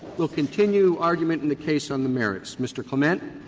will continue argument in the case on the merits. mr. clement?